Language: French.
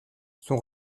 son